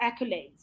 accolades